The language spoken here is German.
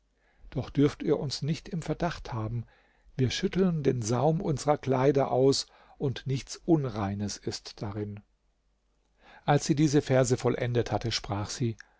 doch dürft ihr uns nicht im verdacht haben wir schütteln den saum unsrer kleider aus und nichts unreines ist darin als sie diese verse vollendet hatte sprach sie